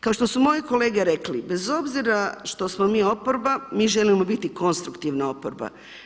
Kao što su moje kolege rekli, bez obzira što smo mi oporba mi želimo biti konstruktivna oporba.